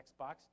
Xbox